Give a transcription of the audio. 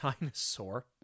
Dinosaur